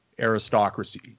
aristocracy